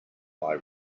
thy